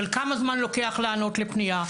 של כמה זמן לוקח לענות לפנייה?